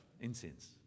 Incense